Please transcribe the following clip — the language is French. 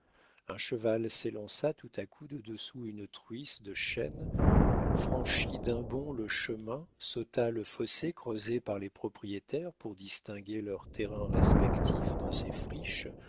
un cheval s'élança tout à coup de dessous une truisse de chêne franchit d'un bond le chemin sauta le fossé creusé par les propriétaires pour distinguer leurs terrains respectifs dans ces friches